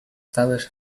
stylish